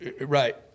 Right